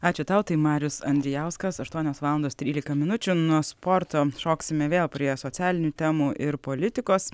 ačiū tau tai marius andrijauskas aštuonios valandos trylika minučių nuo sporto šoksime vėl prie socialinių temų ir politikos